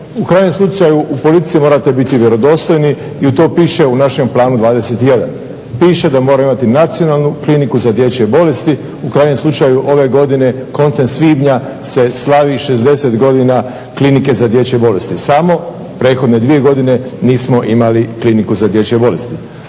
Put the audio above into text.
U krajnjem slučaju u politici morate biti vjerodostojni i to piše u našem Planu 21. Piše da moramo imati Nacionalnu kliniku za dječje bolesti. U krajnjem slučaju ove godine koncem svibnja se slavi 60 godina Klinike za dječje bolesti. Samo prethodne dvije godine nismo imali Kliniku za dječje bolesti.